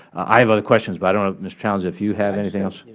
i have other questions but i don't know, mr. towns, if you have anything else.